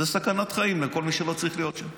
זאת סכנת חיים לכל מי שלא צריך להיות שם.